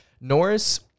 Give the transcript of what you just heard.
Norris